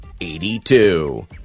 82